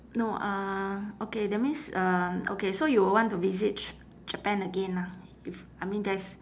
no uh okay that means uh okay so you will want to visit ch~ japan again ah if I mean that's